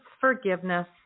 forgiveness